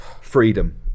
freedom